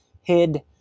hid